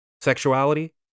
sexuality